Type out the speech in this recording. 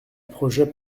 projet